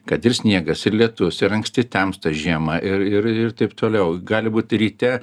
kad ir sniegas ir lietus ir anksti temsta žiemą ir ir ir taip toliau gali būt ryte